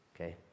Okay